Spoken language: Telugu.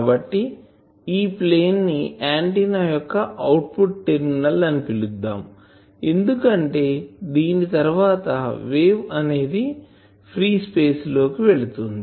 కాబట్టి ఈ ప్లేన్ ని ఆంటిన్నా యొక్క అవుట్ పుట్ టెర్మినల్ అని పిలుద్దాం ఎందుకంటే దీని తర్వాత వేవ్ అనేది ఫ్రీ స్పేస్ లో వెళుతుంది